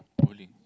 bowling